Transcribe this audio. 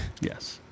Yes